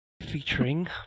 featuring